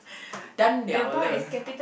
done liao le